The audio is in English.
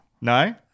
No